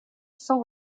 sans